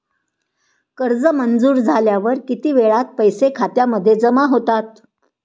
कर्ज मंजूर झाल्यावर किती वेळात पैसे खात्यामध्ये जमा होतात?